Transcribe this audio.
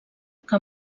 que